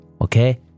okay